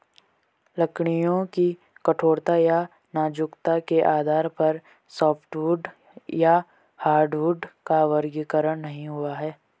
लकड़ियों की कठोरता या नाजुकता के आधार पर सॉफ्टवुड या हार्डवुड का वर्गीकरण नहीं हुआ है